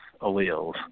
alleles